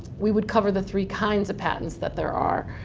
we would cover the three kinds of patents that there are.